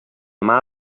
mar